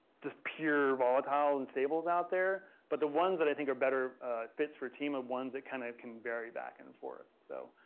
just pure volatile and stables out there. but the ones that i think are better fits for a team of ones it kind of can vary back and forth, so.